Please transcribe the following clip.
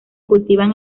cultivan